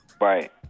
Right